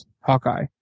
Hawkeye